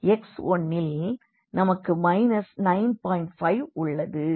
x1இல் நமக்கு மைனஸ் 9